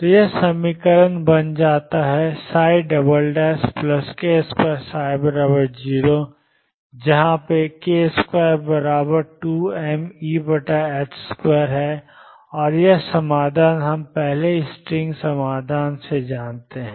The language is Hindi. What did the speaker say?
तो यह समीकरण बन जाता है k2ψ0 कहा पे k22mE2और यह समाधान हम पहले से ही स्ट्रिंग समाधान से जानते हैं